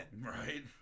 Right